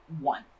one